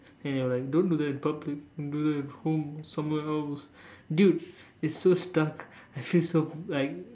then they were like don't do that in public do that at home or somewhere else dude it's so stuck I feel so like